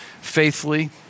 faithfully